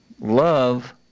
love